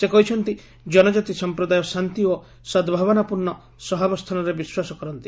ସେ କହିଛନ୍ତି ଜନକାତି ସମ୍ପ୍ରଦାୟ ଶାନ୍ତି ଓ ସଦ୍ଭାବନାପୂର୍ଶ୍ଣ ସହାବସ୍ଗାନରେ ବିଶ୍ୱାସ କରନ୍ତି